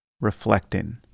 reflecting